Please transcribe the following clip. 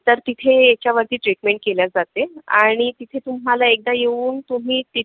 तर तिथे याच्यावरती ट्रीटमेंट केल्या जाते आणि तिथे तुम्हाला एकदा येऊन तुम्ही तिथे